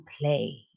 play